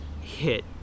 hit